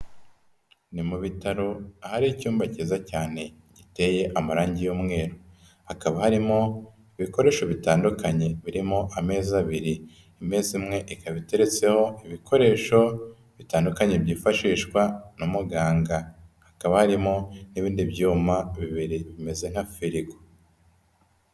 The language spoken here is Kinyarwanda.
Ni mu bitaro ahari icyumba cyiza cyane, giteye amarangi y'mweru, hakaba harimo ibikoresho bitandukanye, birimo ameza abiri, imeza imwe ikaba iteretseho ibikoresho bitandukanye byifashishwa na muganga, hakaba harimo n'ibindi byuma bibiri bimeze nka firigo.